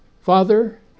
Father